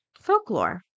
folklore